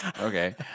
okay